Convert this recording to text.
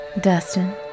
Dustin